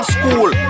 school